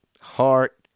heart